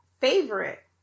favorite